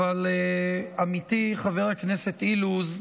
עמיתי חבר הכנסת אילוז,